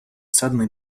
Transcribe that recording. suddenly